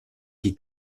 qui